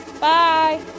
Bye